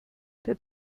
der